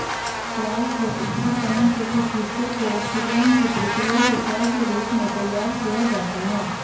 चाय के ऊपरी तने के कुछ हिस्से को ऑक्सीकरण की प्रक्रिया से चाय के रूप में तैयार किया जाता है